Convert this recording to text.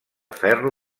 ferro